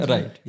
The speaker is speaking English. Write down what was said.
Right